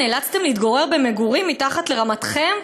נאלצתם להתגורר במגורים מתחת לרמתכם?